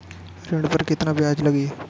ऋण पर केतना ब्याज लगी?